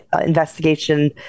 investigation